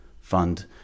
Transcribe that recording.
fund